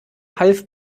half